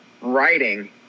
writing